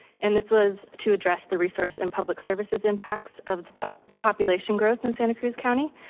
and this was to address the resource and public services impacts of the the population growth in santa cruz county.